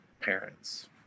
parents